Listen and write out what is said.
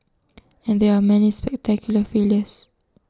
and there are many spectacular failures